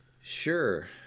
sure